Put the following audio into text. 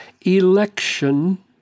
election